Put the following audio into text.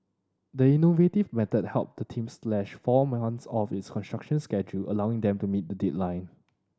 the innovative method helped the team slash four months off its construction schedule allowing them to meet the deadline